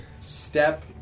step